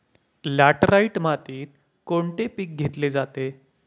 Laterite मातीत कोणते पीक घेतले जाते?